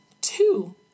two